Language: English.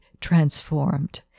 transformed